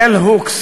בל הוקס,